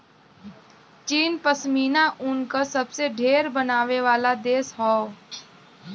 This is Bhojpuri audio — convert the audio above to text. चीन पश्मीना ऊन क सबसे ढेर बनावे वाला देश हौ